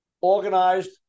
organized